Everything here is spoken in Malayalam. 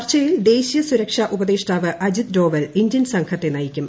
ചർച്ചയിൽ ദേശീയ സുരക്ഷാ ഉപദേഷ്ടാവ് അജിത് ഡോവൽ ഇന്ത്യൻ സംഘത്തെ നയിക്കും